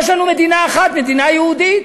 יש לנו מדינה אחת, מדינה יהודית,